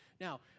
Now